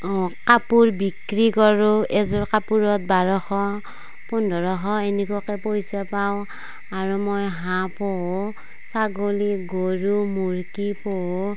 অঁ কাপোৰ বিক্ৰী কৰোঁ এযোৰ কাপোৰত বাৰশ পোন্ধৰশ এনেকুৱাকে পইচা পাওঁ আৰু মই হাঁহ পোহো ছাগলী গৰু মুৰ্গী পোহো